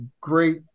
great